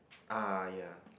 ah ya